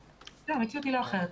המציאות היא לא אחרת,